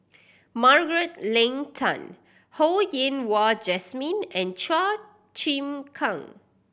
Margaret Leng Tan Ho Yen Wah Jesmine and Chua Chim Kang